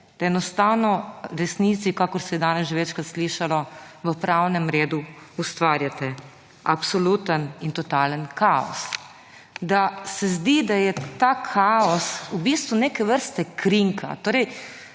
da enostavno na desnici, kakor se je danes že večkrat slišalo, v pravnem redu ustvarjate absoluten in totalen kaos. Da se zdi, da je ta kaos v bistvu neke vrste krinka. Torej